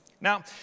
Now